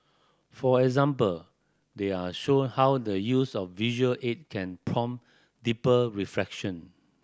for example they are shown how the use of visual aid can prompt deeper reflection